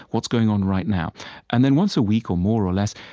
what's going on right now and then once a week or more or less,